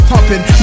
Pumping